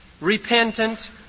repentant